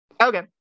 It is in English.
okay